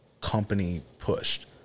company-pushed